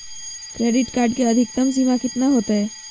Credit card के अधिकतम सीमा कितना होते?